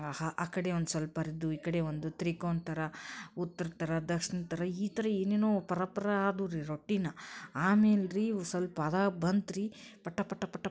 ಆ ಕಡೆ ಒಂದು ಸ್ವಲ್ಪ ಹರ್ದು ಈ ಕಡೆ ಒಂದು ತ್ರಿಕೋನ ಥರ ಉತ್ರ ಥರ ದಕ್ಷಿಣ ಥರ ಈ ಥರ ಏನೇನೋ ಪರ ಪರ ಆದು ರೀ ರೊಟ್ಟಿನ ಆಮೇಲೆ ರೀ ಸ್ವಲ್ಪ ಹದ ಬಂತು ರೀ ಪಟ ಪಟ ಪಟ ಪಟ ಪಟ